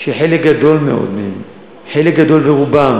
שחלק גדול מאוד מהם, חלק גדול ורובם,